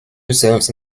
reserves